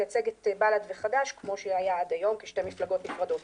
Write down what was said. תייצג את בל"ד וחד"ש כמו שהיה עד היום כשתי מפלגות נפרדות.